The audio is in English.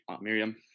Miriam